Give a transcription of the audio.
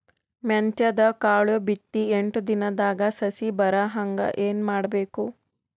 ಮೆಂತ್ಯದ ಕಾಳು ಬಿತ್ತಿ ಎಂಟು ದಿನದಾಗ ಸಸಿ ಬರಹಂಗ ಏನ ಮಾಡಬೇಕು?